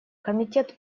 комитет